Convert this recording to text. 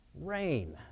Rain